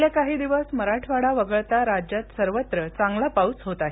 गेले काही दिवस मराठवाडा वगळता राज्यात सर्वत्र चांगला पाऊस होत आहे